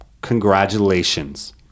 Congratulations